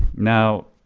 now,